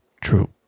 True